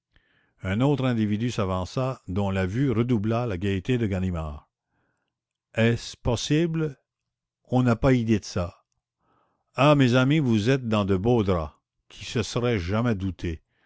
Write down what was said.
un autre individu s'avança dont la vue redoubla la gaîté de ganimard est-ce possible on n'a pas idée de ça ah mes amis vous êtes dans de beaux draps qui se serait jamais douté